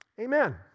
Amen